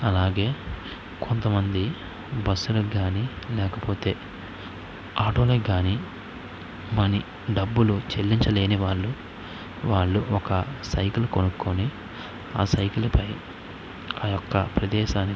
అలాగే కొంత మంది బస్సులకు కానీ లేకపోతే ఆటోలకు కానీ మనీ డబ్బులు చెల్లించలేని వాళ్ళు వాళ్ళు ఒక సైకిల్ కొనుక్కొని ఆ సైకిల్పై ఆయొక్క ప్రదేశానికి